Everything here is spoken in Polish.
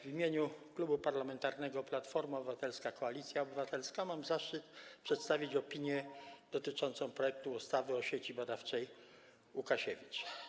W imieniu Klubu Parlamentarnego Platforma Obywatelska - Koalicja Obywatelska mam zaszczyt przedstawić opinię dotyczącą projektu ustawy o Sieci Badawczej Łukasiewicz.